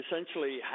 essentially